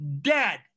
dead